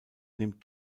nimmt